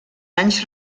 anys